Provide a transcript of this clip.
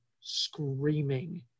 screaming